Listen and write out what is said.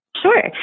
sure